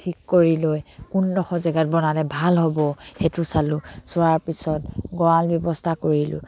ঠিক কৰি লৈ কোনডোখৰ জেগাত বনালে ভাল হ'ব সেইটো চালোঁ চোৱাৰ পিছত গঁৰাল ব্যৱস্থা কৰিলোঁ